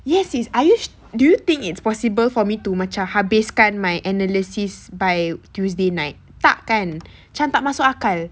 yes it's are you su~ do you think it's possible for me to macam habiskan my analysis by tuesday night tak kan macam tak masuk akal